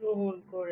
গ্রহণ করেছেন